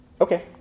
Okay